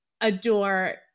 adore